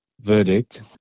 verdict